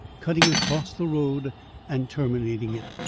cutting across the road and terminating it.